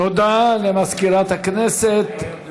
תודה למזכירת הכנסת.